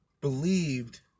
believed